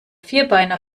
vierbeiner